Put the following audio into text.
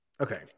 Okay